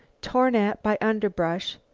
torn at by underbrush,